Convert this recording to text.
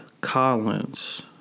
Collins